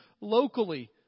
locally